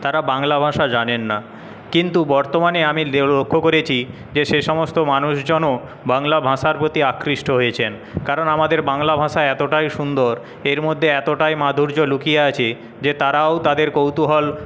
তারা বাংলা ভাষা জানেন না কিন্তু বর্তমানে আমি লক্ষ করেছি যে সে সমস্ত মানুষজনও বাংলা ভাষার প্রতি আকৃষ্ট হয়েছেন কারণ আমাদের বাংলা ভাষা এতটাই সুন্দর এর মধ্যে এতটাই মাধুর্য্য লুকিয়ে আছে যে তারাও তাদের কৌতুহল